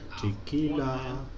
Tequila